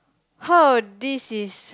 heard this is